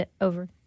over